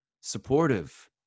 Supportive